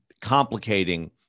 complicating